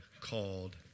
called